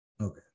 Okay